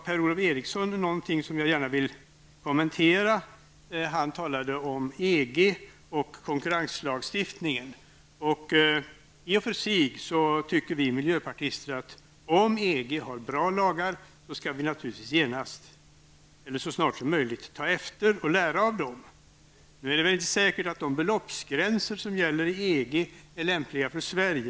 Per-Ola Eriksson sade någonting som jag gärna vill kommentera. Han talade om EG och konkurrenslagstiftningen. I och för sig tycker vi miljöpartister att om EG har bra lagar skall vi naturligtvis så snart som möjligt ta efter och lära av dem. Nu är det väl inte säkert att de beloppsgränser som gäller i EG är lämpliga för Sverige.